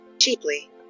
cheaply